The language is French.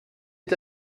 est